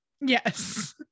Yes